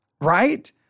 right